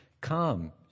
come